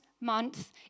month